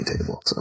table